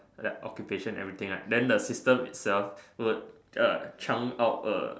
like occupation everything right then the system itself would uh chunk out A